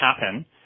happen